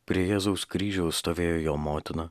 prie jėzaus kryžiaus stovėjo jo motina